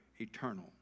eternal